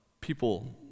people